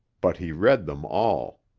but he read them all.